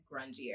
grungier